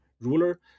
ruler